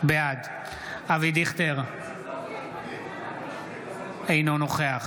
בעד אבי דיכטר, אינו נוכח